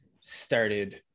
started